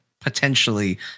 potentially